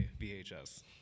VHS